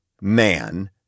man